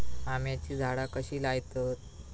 आम्याची झाडा कशी लयतत?